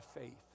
faith